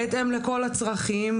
בהתאם לכל הצרכים,